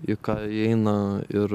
į ką įeina ir